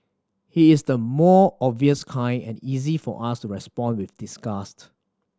he is the more obvious kind and Is easy for us to respond with disgust